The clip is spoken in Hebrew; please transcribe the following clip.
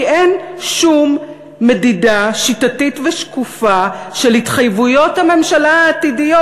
כי אין שום מדידה שיטתית ושקופה של התחייבויות הממשלה העתידיות.